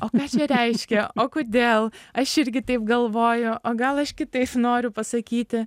o ką čia reiškia o kodėl aš irgi taip galvoju o gal aš kitaip noriu pasakyti